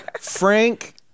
Frank